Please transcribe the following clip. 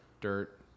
dirt